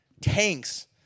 Tanks